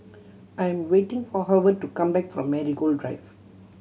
I'm waiting for Howard to come back from Marigold Drive